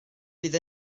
bydd